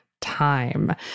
time